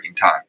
time